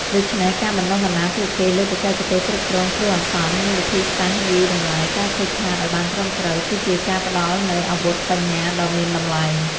ដូច្នេះការបណ្តុះបណ្តាលពួកគេលើបច្ចេកទេសគ្រប់គ្រងគ្រោះអាសន្ន និងវិធីសាស្ត្រវាយតម្លៃការខូចខាតឱ្យបានត្រឹមត្រូវ គឺជាការផ្តល់នូវអាវុធបញ្ញាដ៏មានតម្លៃ។